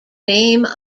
name